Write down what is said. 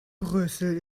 brüssel